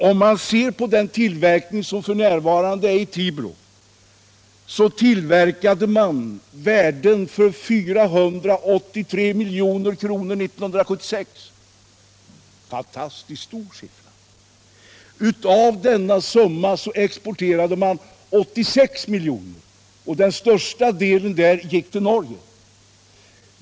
Om man ser på den tillverkning som f.n. sker i Tibro finner man att år 1976 tillverkades produkter till ett värde av 483 milj.kr. Därav exporterades för 86 miljoner.